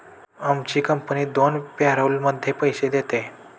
आमची कंपनी दोन पॅरोलमध्ये पैसे देते